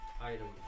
item